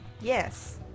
Yes